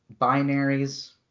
binaries